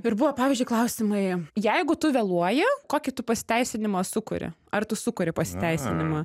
ir buvo pavyzdžiui klausimai jeigu tu vėluoji kokį tu pasiteisinimą sukuri ar tu sukuri pasiteisinimą